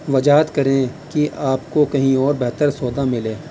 وضاحت کریں کہ آپ کو کہیں اور بہتر سودا ملے